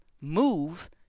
Move